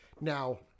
Now